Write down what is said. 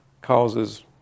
causes